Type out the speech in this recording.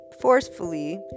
forcefully